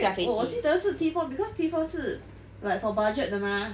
我我记得是 T four because T four 是 for budget 的 mah